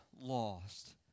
lost